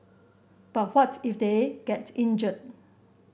but what if they get injured